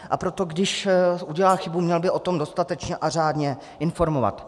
A proto když udělá chybu, měl by o tom dostatečně a řádně informovat.